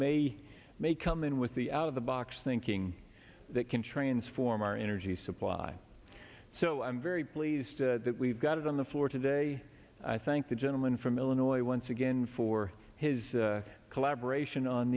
maybe may come in with the out of the box thinking that can transform our energy supply so i'm very pleased that we've got it on the floor today i thank the gentleman from illinois once again for his collaboration on